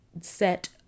set